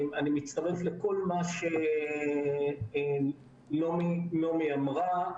אני מצטרף לכל מה שנעמי אמרה.